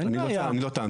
אני לא טענתי את זה.